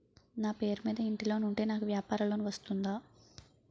నా పేరు మీద ఇంటి లోన్ ఉంటే నాకు వ్యాపార లోన్ వస్తుందా?